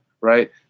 right